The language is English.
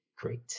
great